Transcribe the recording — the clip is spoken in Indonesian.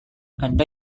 anda